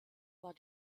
war